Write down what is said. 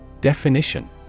Definition